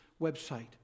website